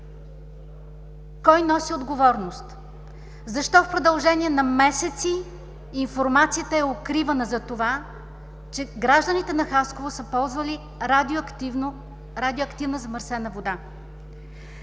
кой носи отговорност. Защо в продължение на месеци информацията е укривана за това, че гражданите на Хасково са ползвали радиоактивна замърсена вода?